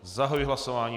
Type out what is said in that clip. Zahajuji hlasování.